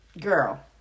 Girl